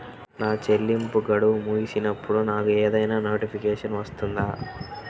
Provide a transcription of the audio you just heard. నా చెల్లింపు గడువు ముగిసినప్పుడు నాకు ఏదైనా నోటిఫికేషన్ వస్తుందా?